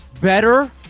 better